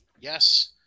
yes